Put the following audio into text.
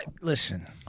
listen